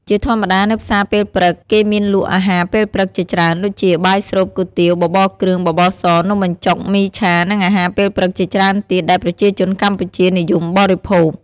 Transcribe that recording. ជាធម្មតានៅផ្សារពេលព្រឹក គេមានលក់អាហារពេលព្រឹកជាច្រើនដូចជា បាយស្រូប គុយទាវ បបរគ្រឿង បបរស នំបញ្ចុក មីឆា និងអាហារពេលព្រឹកជាច្រើនទៀតដែលប្រជាជនកម្ពុជានិយមបរិភោគ។